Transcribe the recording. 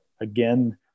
Again